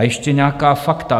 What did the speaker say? Ještě nějaká fakta.